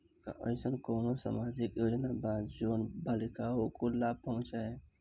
का अइसन कोनो सामाजिक योजना बा जोन बालिकाओं को लाभ पहुँचाए?